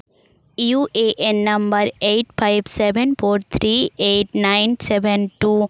U A N number eight five seven four three eight nine seven two